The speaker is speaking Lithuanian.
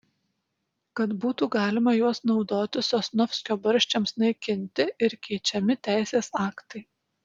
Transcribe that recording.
kad būtų galima juos naudoti sosnovskio barščiams naikinti ir keičiami teisės aktai